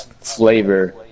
flavor